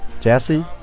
Jesse